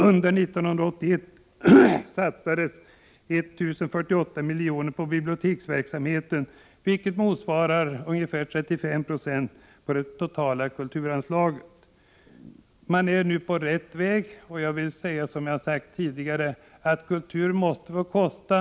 Under 1981 satsades 1 048 milj.kr. på biblioteksverksamheten, vilket motsvarar ungefär 35 96 av det totala kulturanslaget. Man är nu på rätt väg, och jag vill säga, som jag har sagt tidigare, att kultur måste få kosta.